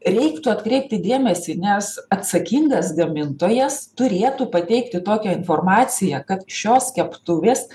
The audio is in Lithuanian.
reiktų atkreipti dėmesį nes atsakingas gamintojas turėtų pateikti tokią informaciją kad šios keptuvės